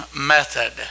method